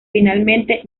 finalmente